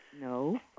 No